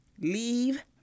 Leave